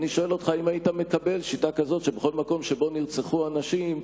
אני שואל אותך: האם היית מקבל שיטה כזאת שבכל מקום שבו נרצחו אנשים,